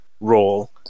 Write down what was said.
role